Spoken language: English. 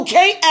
Okay